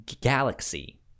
Galaxy